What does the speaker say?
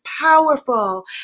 powerful